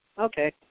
Okay